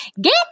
Get